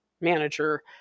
manager